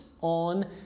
on